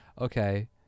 okay